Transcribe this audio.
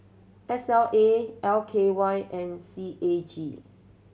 S L A L K Y and C A G